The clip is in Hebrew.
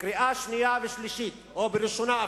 בקריאה שנייה ובקריאה שלישית, או בראשונה אפילו,